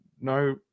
No